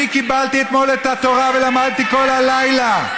אני קיבלתי אתמול את התורה ולמדתי כל הלילה.